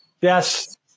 Yes